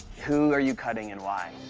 who are you cutting and why?